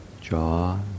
jaw